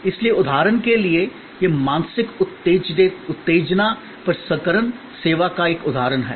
इसलिए उदाहरण के लिए यह मानसिक उत्तेजना प्रसंस्करण सेवा का एक उदाहरण है